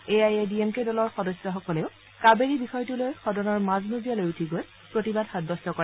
A I D M K দলৰ সদস্যসকলেও কাবেৰী বিষয়টোলৈ সদনৰ মাজ মজিয়ালৈ উঠি গৈ প্ৰতিবাদ সাব্যস্ত কৰে